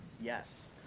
Yes